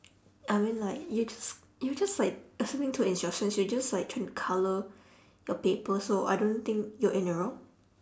I mean like you're just you're just like listening to instructions you're just like trying to colour your paper so I don't think you're in the wrong